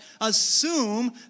assume